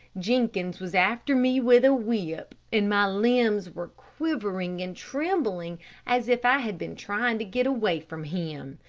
jenkins was after me with a whip, and my limbs were quivering and trembling as if i had been trying to get away from him.